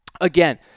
again